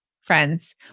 friends